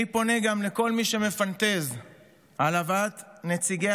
אני פונה גם לכל מי שמפנטז על הבאת נציגי